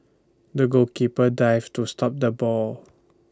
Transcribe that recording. the goalkeeper dived to stop the ball